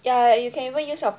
ya you can even use your